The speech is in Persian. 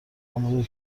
همانطور